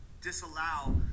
disallow